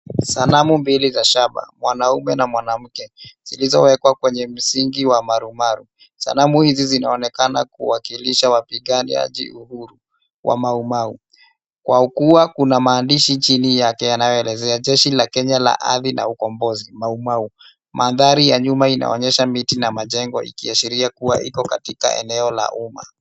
Sanamu mbili za shaba, mwanaume na mwanamke zilizowekwa kwenye msingi wa marumaru. Sanamu hizi zinaonekana kuwakilisha wapiganiaji uhuru, wa Maumau, kwa kuwa kuna maandishi chini yake yanayoelezea jeshi ya Kenya ya ardhi na ukombozi, Maumau. Mandhari ya nyuma inaonyesha miti na majengo ikiashiria kuwa iko katika eneo la umma.